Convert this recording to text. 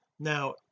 now